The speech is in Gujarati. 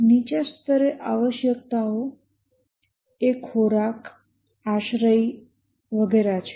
નીચા સ્તરે આવશ્યકતાઓ એ ખોરાક આશ્રય છે